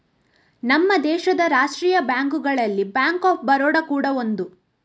ನಮ್ಮ ದೇಶದ ರಾಷ್ಟೀಯ ಬ್ಯಾಂಕುಗಳಲ್ಲಿ ಬ್ಯಾಂಕ್ ಆಫ್ ಬರೋಡ ಕೂಡಾ ಒಂದು